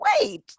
wait